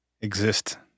exist